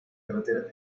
carretera